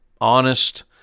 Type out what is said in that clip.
honest